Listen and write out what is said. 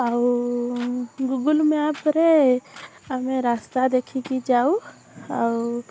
ଆଉ ଗୁଗୁଲ୍ ମ୍ୟାପ୍ରେ ଆମେ ରାସ୍ତା ଦେଖିକି ଯାଉ ଆଉ